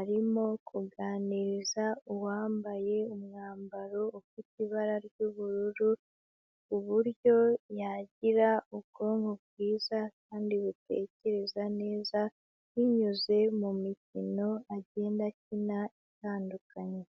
arimo kuganiriza uwambaye umwambaro ufite ibara ry'ubururu, uburyo yagira ubwonko bwiza kandi butekereza neza, binyuze mu mikino agenda akina itandukanye.